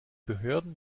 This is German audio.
behörden